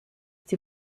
die